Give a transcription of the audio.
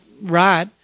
right